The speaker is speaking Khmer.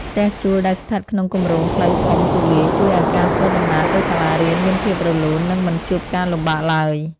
ផ្ទះជួលដែលស្ថិតក្នុងគំរោងផ្លូវធំទូលាយជួយឱ្យការធ្វើដំណើរទៅសាលារៀនមានភាពរលូននិងមិនជួបការលំបាកឡើយ។